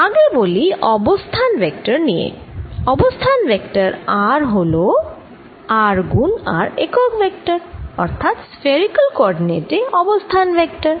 আগে বলি অবস্থান ভেক্টর নিয়ে অবস্থান ভেক্টর r হল r গুণ r একক ভেক্টর অর্থাৎ স্ফেরিকাল কোঅরডিনেট এ অবস্থান ভেক্টর